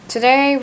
Today